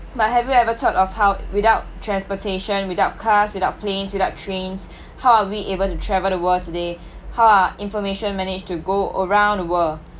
but have you ever thought of how without transportation without cars without planes without trains how are we able to travel the world today how are information manage to go around the world